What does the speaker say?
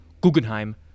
Guggenheim